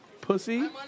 Pussy